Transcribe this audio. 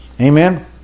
Amen